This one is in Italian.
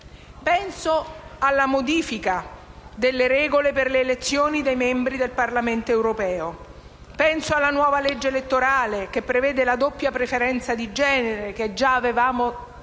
Penso alla modifica delle regole per le elezioni dei membri del Parlamento europeo. Penso alla nuova legge elettorale che prevede la doppia preferenza di genere, che già abbiamo testato